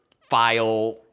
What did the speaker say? file